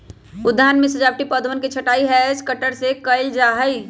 उद्यानवन में सजावटी पौधवन के छँटाई हैज कटर से कइल जाहई